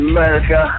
America